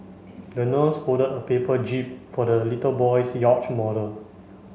the nurse folded a paper jib for the little boy's yacht model